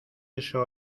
eso